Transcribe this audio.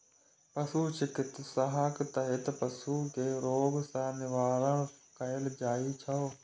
पशु चिकित्साक तहत पशु कें रोग सं निवारण कैल जाइ छै